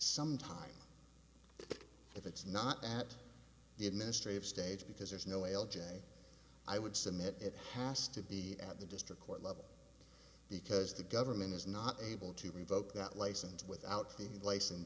some time if it's not at the administrative stage because there's no l j i would submit it has to be at the district court level because the government is not able to revoke that license without the license